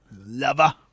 lover